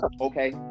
Okay